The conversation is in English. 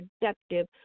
productive